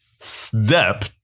Step